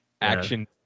action